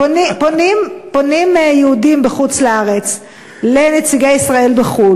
פונים יהודים בחוץ-לארץ לנציגי ישראל בחו"ל